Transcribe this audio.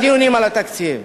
בדיונים על התקציב.